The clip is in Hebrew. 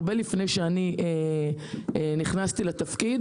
הרבה מאוד לפני שנכנסתי לתפקיד,